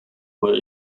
were